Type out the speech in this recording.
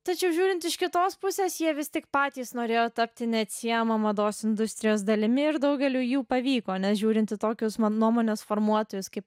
tačiau žiūrint iš kitos pusės jie vis tik patys norėjo tapti neatsiejama mados industrijos dalimi ir daugeliui jų pavyko nežiūrint į tokius man nuomonės formuotojus kaip